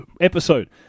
episode